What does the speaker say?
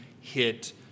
hit